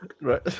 right